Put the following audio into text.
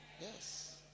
Yes